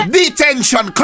Detention